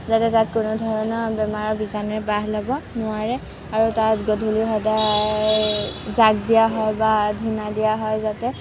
যাতে তাত কোনো ধৰণৰ বেমাৰৰ বীজাণুয়ে বাঁহ ল'ব নোৱাৰে আৰু তাত গধূলি সদায় জাক দিয়া হয় বা ধূণা দিয়া হয় যাতে